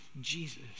Jesus